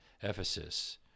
Ephesus